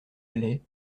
allait